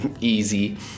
easy